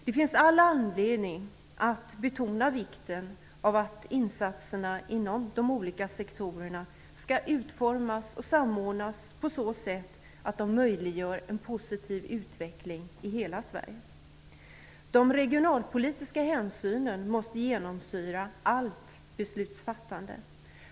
Det finns all anledning att betona vikten av att insatserna inom de olika sektorerna skall utformas och samordnas på så sätt att de möjliggör en positiv utveckling i hela Sverige. De regionalpolitiska hänsynen måste genomsyra allt beslutsfattande.